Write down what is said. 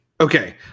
okay